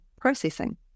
processing